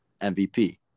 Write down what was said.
MVP